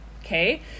okay